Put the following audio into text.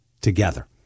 together